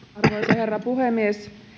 herra puhemies